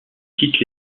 quitte